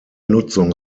nutzung